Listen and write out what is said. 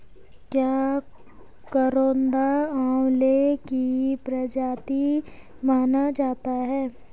क्या करौंदा आंवले की प्रजाति माना जाता है?